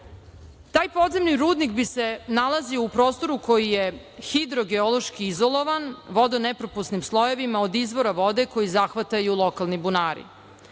Taj podzemni rudnik bi se nalazio u prostoru koji je hidrogeološki izolovan vodonepropusnim slojevima od izvora vode koji zahvataju lokalni bunari.